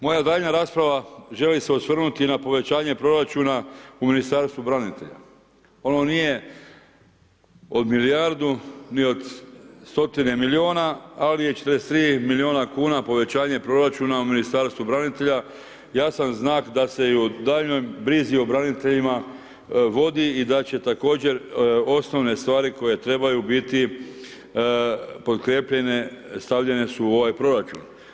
Moja daljnja rasprava, želim se osvrnuti na povećanje proračuna u Ministarstvu branitelja, ono nije od milijardu ni od stotine miliona, ali je 43 miliona kuna povećanje proračuna u Ministarstvu branitelja, ja sam znak da se i o daljnjoj brizi o braniteljima vodi i da će također osnovne stvari koje trebaju biti pokrjepljene stavljene su u ovaj proračun.